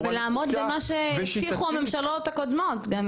ולעמוד במה שהבטיחו הממשלות הקודמות גם,